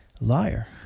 Liar